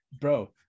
Bro